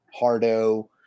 hardo